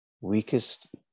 weakest